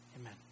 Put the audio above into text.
Amen